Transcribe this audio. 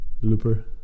Looper